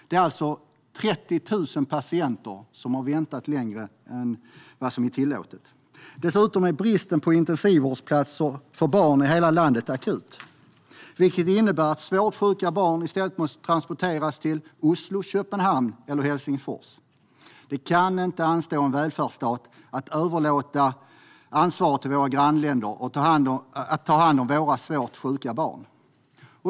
Det är alltså 30 000 patienter som har väntat längre än vad som är tillåtet. Dessutom är bristen på intensivvårdsplatser för barn akut i hela landet, vilket innebär att svårt sjuka barn i stället måste transporteras till Oslo, Köpenhamn eller Helsingfors. Det anstår inte oss som välfärdsstat att överlåta ansvaret till våra grannländer att ta hand om våra svårt sjuka barn.